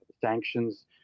sanctions